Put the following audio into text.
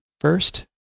first